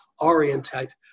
orientate